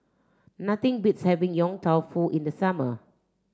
nothing beats having Yong Tau Foo in the summer